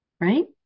right